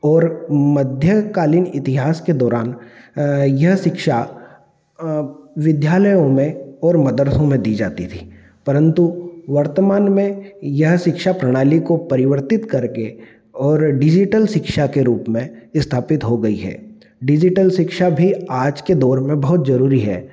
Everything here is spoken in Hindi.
ओर मध्यकालीन इतिहास के दौरान यह शिक्षा विद्यालयों में और मदरसों में दी जाती थी परन्तु वर्तमान में यह शिक्षा प्रणाली को परिवर्तित करके और डिज़िटल शिक्षा के रूप में स्थापित हो गई है डिज़िटल शिक्षा भी आज के दौर में बहुत ज़रूरी है